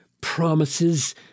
promises